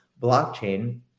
blockchain